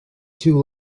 too